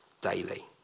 daily